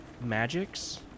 magics